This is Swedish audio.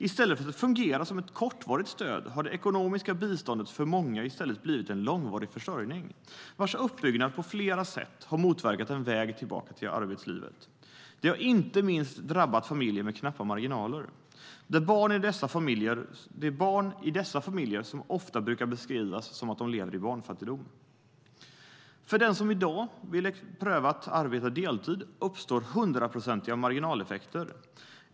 I stället för att fungera som ett kortvarigt stöd har det ekonomiska biståndet för många i stället blivit en långvarig försörjning, vars uppbyggnad på flera sätt har motverkat en väg tillbaka till arbetslivet. Detta har drabbat inte minst familjer med knappa marginaler. Det är barn i dessa familjer som ofta brukar beskrivas leva i barnfattigdom. För den som i dag vill pröva att arbeta deltid uppstår hundraprocentiga marginaleffekter.